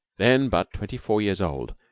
then but twenty-four years old,